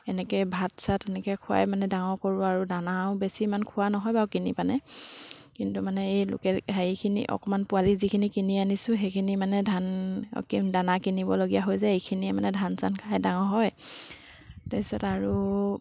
এনেকৈ ভাত চাত এনেকৈ খুৱাই মানে ডাঙৰ কৰোঁ আৰু দানাও বেছি ইমান খোৱা নহয় বাৰু কিনি পানে কিন্তু মানে এই লোকেল হেৰিখিনি অকণমান পোৱালি যিখিনি কিনি আনিছোঁ সেইখিনি মানে ধান অ' কি দানা কিনিবলগীয়া হৈ যায় এইখিনিয়ে মানে ধান চান খাই ডাঙৰ হয় তাৰপিছত আৰু